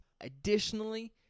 Additionally